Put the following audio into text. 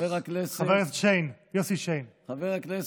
חבר הכנסת יוסי שיין.